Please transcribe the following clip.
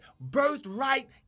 birthright